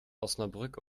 osnabrück